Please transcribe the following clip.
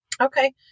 Okay